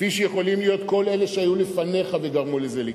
כפי שיכולים להיות כל אלה שהיו לפניך וגרמו לזה לקרות.